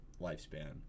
lifespan